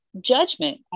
judgment